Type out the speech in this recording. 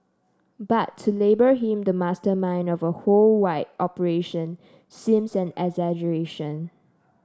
but to label him the mastermind of a whole wide operation seems an exaggeration